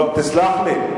תסלח לי.